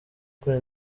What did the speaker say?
kuri